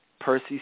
Percy